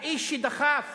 האיש שדחף